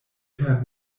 per